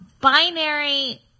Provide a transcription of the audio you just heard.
binary –